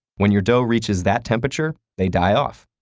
when your dough reaches that temperature, they die off.